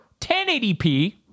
1080p